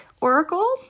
Oracle